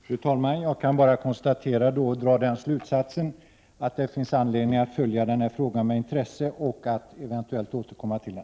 Fru talman! Jag kan bara dra slutsatsen att det finns anledning att följa frågan med intresse och att eventuellt återkomma till den.